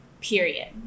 Period